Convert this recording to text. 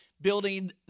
building